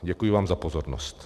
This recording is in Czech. Děkuji vám za pozornost.